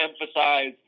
emphasize